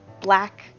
black